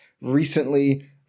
recently